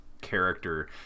character